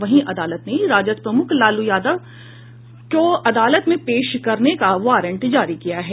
वहीं अदालत ने राजद प्रमुख लालू प्रसाद को अदालत में पेश करने का वारंट जारी किया है